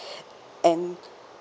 and